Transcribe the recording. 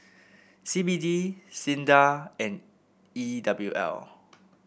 C B D SINDA and E W L